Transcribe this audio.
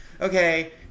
okay